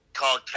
call